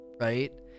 right